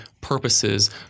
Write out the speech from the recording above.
purposes